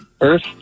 Earth